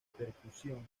percusión